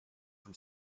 from